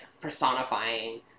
personifying